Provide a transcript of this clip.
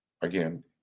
again